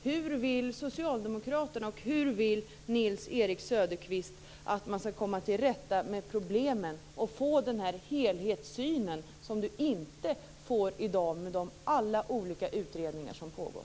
Hur vill socialdemokraterna och Nils-Erik Söderqvist att man skall komma till rätta med problemen och få den helhetssyn som man inte får i dag med alla de olika utredningar som pågår?